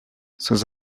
sans